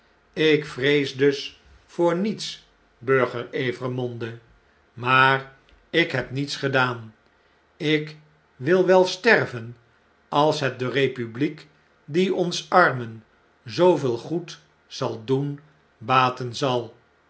ik vrees dus voor niets burger evremonde maar ik heb niets gedaan ik wil wel sterven als het de eepubliek die ons armen zooveel goed zal doen baten zal